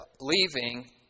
leaving